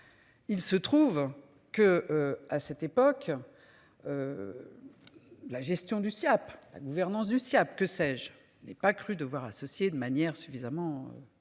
Il se trouve que à cette époque. La gestion du Siaap la gouvernance du Siaap que sais-je n'ait pas cru devoir associer de manière suffisamment.